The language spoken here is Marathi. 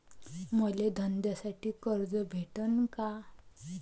मले धंद्यासाठी कर्ज भेटन का?